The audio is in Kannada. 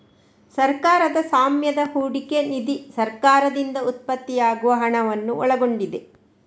ಸರ್ಕಾರದ ಸ್ವಾಮ್ಯದ ಹೂಡಿಕೆ ನಿಧಿ ಸರ್ಕಾರದಿಂದ ಉತ್ಪತ್ತಿಯಾಗುವ ಹಣವನ್ನು ಒಳಗೊಂಡಿದೆ